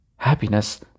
Happiness